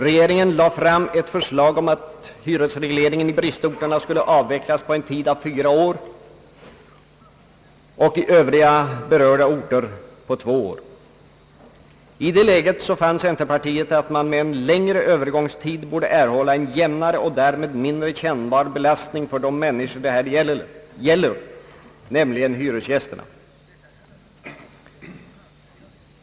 Regeringen lade fram ett förslag om att hyresregleringen i bristorterna skulle avvecklas inom en tid av fyra år och i övriga berörda orter på två år, I det läget fann centerpartiet att man med en längre övergångstid borde kunna erhålla en jämnare och därmed mindre kännbar belastning för de människor det här gäller, nämligen hyresgästerna.